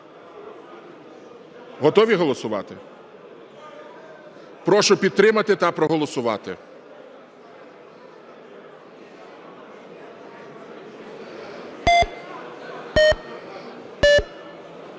Готові голосувати? Прошу підтримати та проголосувати.